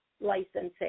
licensing